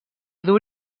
dur